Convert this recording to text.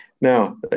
Now